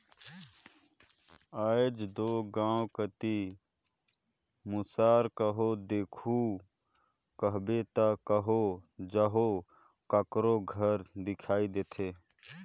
आएज दो गाँव कती मूसर कहो देखहू कहबे ता कहो जहो काकरो घर दिखई देथे